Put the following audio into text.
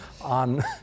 on